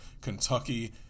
Kentucky